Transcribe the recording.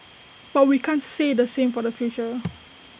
but we can't say the same for the future